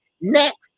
Next